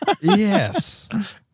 Yes